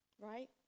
right